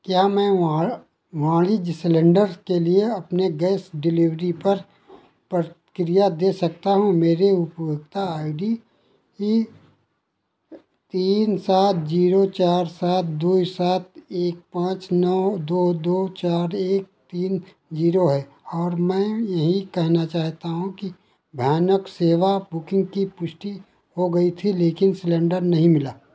क्या मैं वाणिज्य सिलेंडर के लिए अपने गैस डिलेवरी पर प्रतिक्रिया दे सकता हूँ मेरे उपभोक्ता आई डी तीन सात ज़ीरो चार सात दो सात एक पाँच नौ दो दो चार एक तीन ज़ीरो है और मैं यही कहना चाहता हूँ कि भयानक सेवा बुकिंग की पुष्टि हो गई थी लेकिन सिलेंडर नहीं मिला